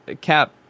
Cap